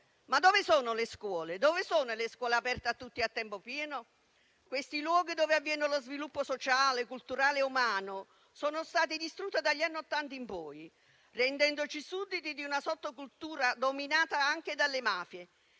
Ma dove sono le scuole? Dove sono le scuole aperte a tutti a tempo pieno? Questi luoghi dove avviene lo sviluppo sociale, culturale e umano? Sono state distrutte dagli anni '80 in poi, rendendoci sudditi di una sottocultura dominata anche dalle mafie,